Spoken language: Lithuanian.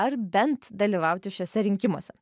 ar bent dalyvauti šiuose rinkimuose